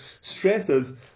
stresses